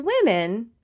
women